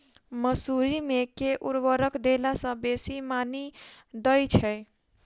मसूरी मे केँ उर्वरक देला सऽ बेसी मॉनी दइ छै?